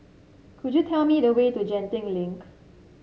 could you tell me the way to Genting Link